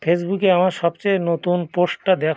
ফেসবুকে আমার সবচেয়ে নতুন পোস্টটা দেখো